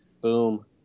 Boom